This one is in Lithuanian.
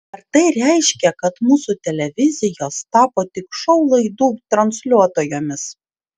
ar tai reiškia kad mūsų televizijos tapo tik šou laidų transliuotojomis